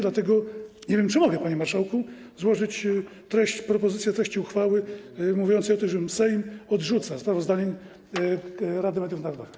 Dlatego - nie wiem, czy mogę, panie marszałku - chcę złożyć propozycję treści uchwały mówiącej o tym, że Sejm odrzuca sprawozdanie Rady Mediów Narodowych.